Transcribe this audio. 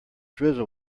drizzle